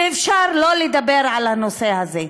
ואפשר שלא לדבר על הנושא הזה.